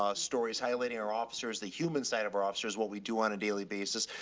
ah stories highlighting our officers, the human side of our officers, what we do on a daily basis.